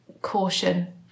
caution